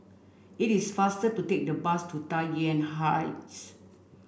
it is faster to take the bus to Tai Yuan Heights